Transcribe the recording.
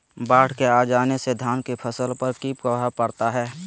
बाढ़ के आ जाने से धान की फसल पर किया प्रभाव पड़ता है?